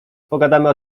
pogadamy